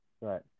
Right